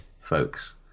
folks